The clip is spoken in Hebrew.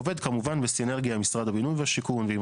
עובד כמובן בסינרגיה עם משרד הבינוי והשיכון ועם